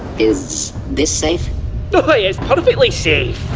is this safe? oh aye, it's perfectly safe.